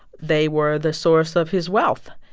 they were the source of his wealth.